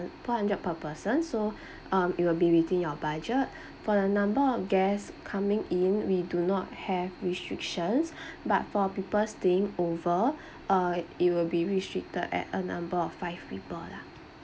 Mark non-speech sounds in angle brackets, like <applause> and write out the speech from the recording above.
four hundred per person so um it will be within your budget for the number of guest coming in we do not have restrictions <breath> but for people staying over uh it will be restricted at a number of five people lah